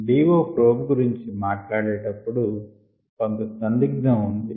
DO probe గురించి మాట్లాడే టప్పుడు కొంత సందిగ్ధం ఉంది